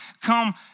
come